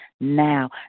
now